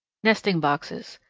nesting boxes.